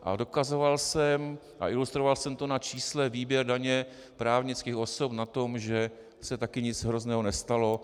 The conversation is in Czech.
A dokazoval a ilustroval jsem to na čísle výběru daně právnických osob, na tom, že se taky nic hrozného nestalo.